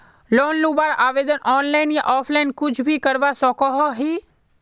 Loan लुबार आवेदन online या ऑफलाइन कुछ भी करवा सकोहो ही?